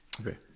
okay